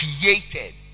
created